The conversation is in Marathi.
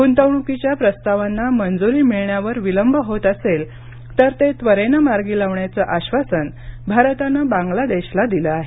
गुंतवणुकींच्या प्रस्तावांना मंजुरी मिळण्यावर विलंब होत असेल तर ते त्वरेनं मार्गी लावण्याचं आश्वासन भारतानं बांग्लादेशला दिलं आहे